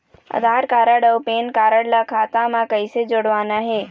आधार card अऊ PAN card ला खाता म कइसे जोड़वाना हे?